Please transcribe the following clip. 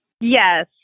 Yes